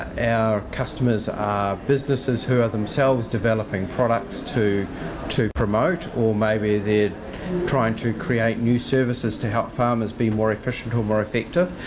and our customers are businesses who are themselves developing products to to promote, or maybe they're trying to create new services to help farmers be more efficient or more effective,